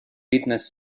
witness